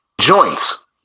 Joints